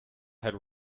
had